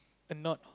a not